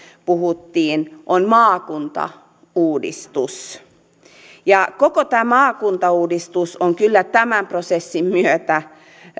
puhuttiin on maakuntauudistus voidaan katsoa että koko tämä maakuntauudistus on kyllä tämän prosessin myötä